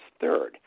third